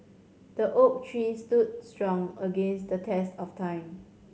the oak tree stood strong against the test of time